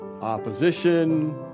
opposition